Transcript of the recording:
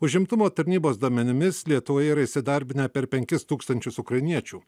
užimtumo tarnybos duomenimis lietuvoje yra įsidarbinę per penkis tūkstančius ukrainiečių